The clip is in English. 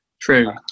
True